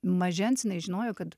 mažens jinai žinojo kad